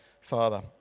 father